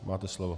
Máte slovo.